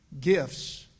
Gifts